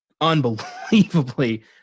unbelievably